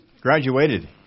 Graduated